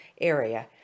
area